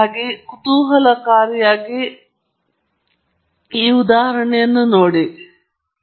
ಆದ್ದರಿಂದ ನೀವು ಒಂದು ಪರಿಸ್ಥಿತಿಯನ್ನು ನೋಡಬೇಕು ಮತ್ತು ಪ್ರತಿ ವೇರಿಯೇಬಲ್ಗೆ ಹೇಗೆ ಚಿಕಿತ್ಸೆ ನೀಡಬೇಕು ಎಂಬುದನ್ನು ನಿರ್ಧರಿಸಬೇಕು